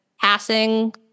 passing